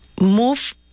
move